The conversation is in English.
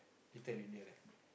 Little-India there